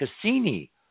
Cassini